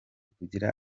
kugira